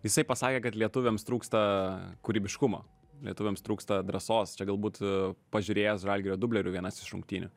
jisai pasakė kad lietuviams trūksta kūrybiškumo lietuviams trūksta drąsos čia galbūt pažiūrėjęs žalgirio dublerių vienas iš rungtynių